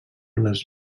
les